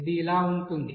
ఇది ఇలా ఉంటుంది